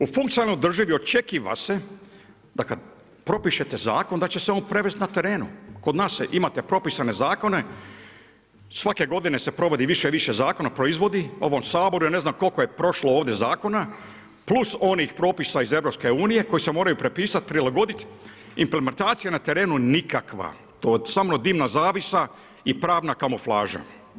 U funkcionalnoj državi očekiva se da kad propišete zakon da će se on provesti na terenu, kod nas imate propisane zakone, svake godine se provodi više i više zakona, proizvodi u ovomu Saboru, ja ne znam koliko je prošlo ovdje zakona plus onih propisa iz EU-a koji se moraju prepisati, prilagoditi, implementacija na terenu nikakva, to je samo dimna zavjesa i pravna kamuflaža.